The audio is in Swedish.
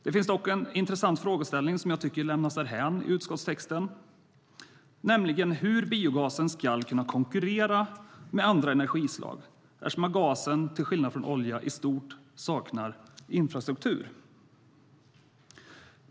Det finns dock en intressant frågeställning som jag tycker lämnats därhän i utskottstexten, nämligen hur biogasen ska kunna konkurrera med andra energislag eftersom gasen, till skillnad från oljan, i stort saknar infrastruktur.